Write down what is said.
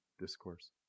discourse